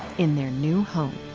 in their new home.